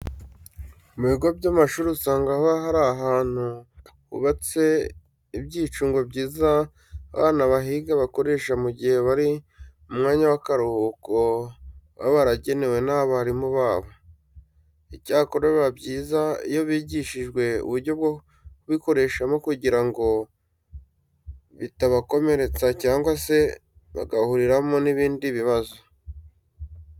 Mu bigo by'amashuri usanga haba hari ahantu hubatse ibyicungo byiza abana bahiga bakoresha mu gihe bari mu mwanya w'akaruhuko baba baragenewe n'abarimu babo. Icyakora biba byiza iyo bigishijwe uburyo bwo kubikoreshamo kugira ngo bitabakomeretsa cyangwa se bagahuriramo n'ibindi bibazo.